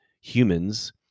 humans